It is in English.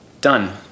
done